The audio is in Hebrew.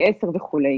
ל-10 וכו'.